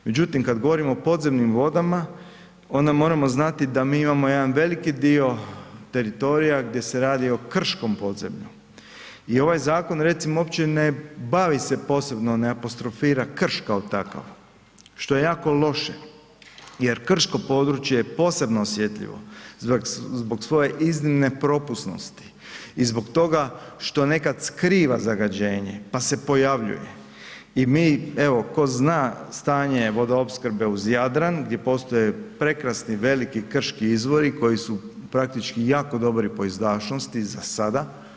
Međutim kad govorimo o podzemnim vodama, onda moramo znati da mi imamo jedan veliki dio teritorija gdje se radi i krškom podzemlju i ovaj zakon recimo uopće ne bavi se posebno ne apostrofira krš kao takav, što je jako loše jer krško područje je posebno osjetljivo zbog svoje iznimne propusnosti i zbog toga što nekad skriva zagađenje pa se pojavljuje i mi evo, tko zna stanje vodoopskrbe uz Jadran, gdje postoje prekrasni veliki krški izvori koji su praktički jako dobri po izdašnosti za sada.